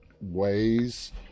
ways